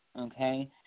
okay